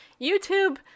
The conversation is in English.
YouTube